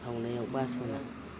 खावनायाव बास'ना